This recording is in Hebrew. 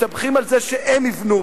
מסתמכים על זה שהם יבנו,